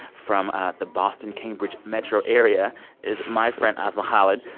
from the boston-cambridge metro area is my friend asma khalid,